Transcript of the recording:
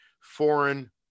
foreign